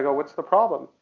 yeah what's the problem?